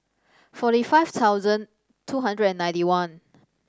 forty five thousand two hundred and ninety one